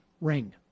ring